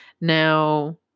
Now